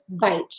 bite